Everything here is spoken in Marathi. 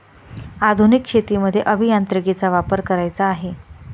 आधुनिक शेतीमध्ये अभियांत्रिकीचा वापर करायचा आहे